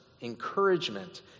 encouragement